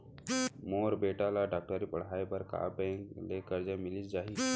मोर बेटा ल डॉक्टरी पढ़ाये बर का बैंक ले करजा मिलिस जाही?